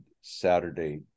Saturday